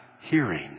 hearing